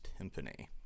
timpani